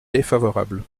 défavorable